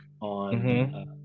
on